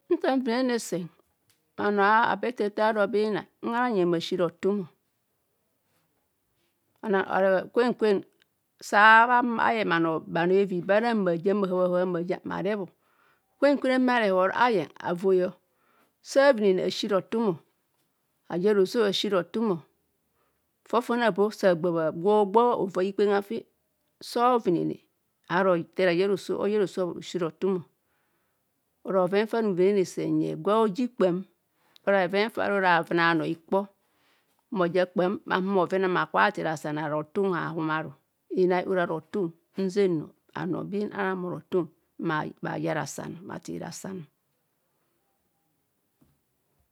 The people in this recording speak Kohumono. Nta nvine sen bhanoo abe tete ba inai ngana nyeng bhasi rothum o kwenkwe sa bha ayeng bhano eyin gwaara bhahab ma ajiang bhareb keen kwen ane bharehor ayen avoi o sa avinene aya roso asi rothum fofone abo gwe ogba ova bhikpenga fi sa ovinene sa dro te ara yaa roso bhoro bhasi rothum ora bhvoven fa nvine nyeng gwe oji kpam ora bhoven fa arabha ro ora bhoven a bhanoo ikpo ma oja kpam bhahumo bhoven fa bhahumo bha thii basan